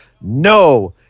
No